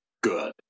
good